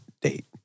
date